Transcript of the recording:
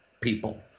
people